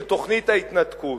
של תוכנית ההתנתקות.